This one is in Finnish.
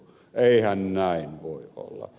eihän näin voi olla